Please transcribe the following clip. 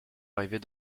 arriver